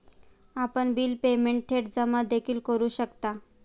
आपण bill payment थेट जमा देखील करू शकता